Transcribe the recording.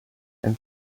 and